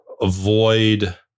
avoid